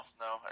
no